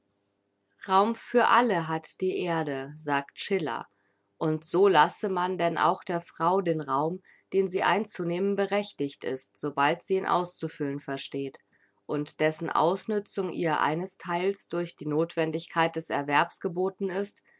raum für alle hat die erde sagt schiller und so lasse man denn auch der frau den raum den sie einzunehmen berechtigt ist sobald sie ihn auszufüllen versteht und dessen ausnützung ihr einestheils durch die nothwendigkeit des erwerbs geboten ist